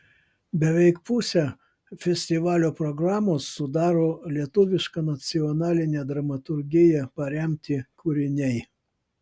beveik pusę festivalio programos sudaro lietuviška nacionaline dramaturgija paremti kūriniai